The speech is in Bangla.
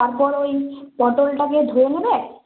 তারপর ওই পটলটাকে ধুয়ে নেবে